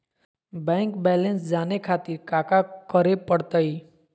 Bank balance जाने खातिर काका करे पड़तई?